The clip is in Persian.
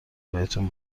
بهتون